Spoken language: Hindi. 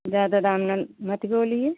ज़्यादा दाम ना मत बोलिए